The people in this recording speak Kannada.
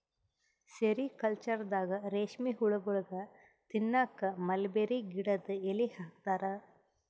ಸೆರಿಕಲ್ಚರ್ದಾಗ ರೇಶ್ಮಿ ಹುಳಗೋಳಿಗ್ ತಿನ್ನಕ್ಕ್ ಮಲ್ಬೆರಿ ಗಿಡದ್ ಎಲಿ ಹಾಕ್ತಾರ